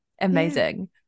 amazing